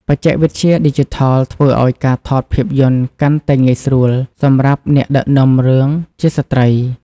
បច្ចេកវិទ្យាឌីជីថលធ្វើឱ្យការថតភាពយន្តកាន់តែងាយស្រួលសម្រាប់អ្នកដឹកនាំរឿងជាស្ត្រី។